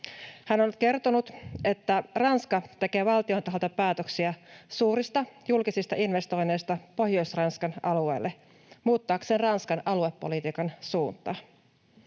Hän on kertonut, että Ranska tekee valtion taholta päätöksiä suurista julkisista investoinneista Pohjois-Ranskan alueelle muuttaakseen Ranskan aluepolitiikan suuntaa.